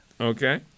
Okay